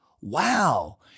Wow